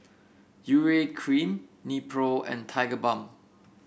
Urea Cream Nepro and Tigerbalm